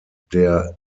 der